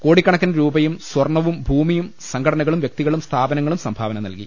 കോടിക്കണക്കിന് രൂപയും സ്വർണവും ഭൂമിയും സംഘടനകളും വ്യക്തികളും സ്ഥാപനങ്ങളും സംഭാവന നൽകി